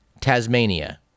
Tasmania